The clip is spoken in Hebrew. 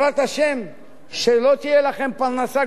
שהפרנסה שלכם תהיה בזה שתשפצו,